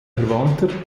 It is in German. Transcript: verwandter